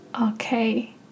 okay